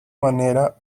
manera